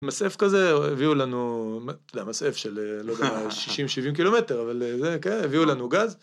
מסעף כזה הביאו לנו, לא מסעף של 60-70 קילומטר, אבל כן הביאו לנו גז.